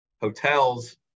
hotels